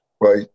right